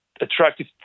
attractive